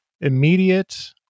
immediate